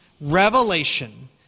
Revelation